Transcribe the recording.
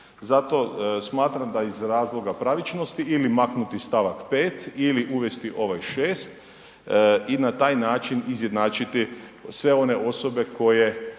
Zato smatram da iz razloga pravičnosti ili maknuti st. 5. ili uvesti ovaj 6 i na taj način izjednačiti sve one osobe koje